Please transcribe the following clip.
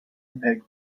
mpeg